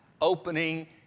opening